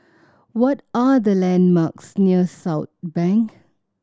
what are the landmarks near Southbank